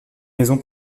maison